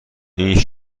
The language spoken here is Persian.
این